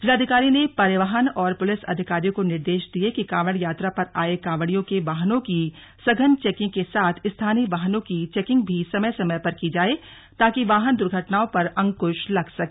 जिलाधिकारी ने परिवहन और पुलिस अधिकारियों को निर्देश दिए कि कांवड़ यात्रा पर आये कांवड़ियों के वाहनों की सघन चेकिंग के साथ स्थानीय वाहनों की चेकिंग भी समय समय पर की जाय ताकि वाहन दुर्घटनाओं पर अंकुश लग सके